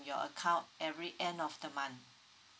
your account every end of the month